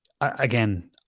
again